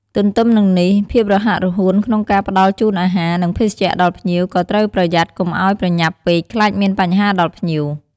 ទន្ទឹមនឹងនេះ ភាពរហ័សរហួនក្នុងការផ្តល់ជូនអាហារ និងភេសជ្ជៈដល់ភ្ញៀវ ក៏ត្រូវប្រយ័ត្នកុំឱ្យប្រញាប់ពេកខ្លាចមានបញ្ហាដល់ភ្ញៀវ។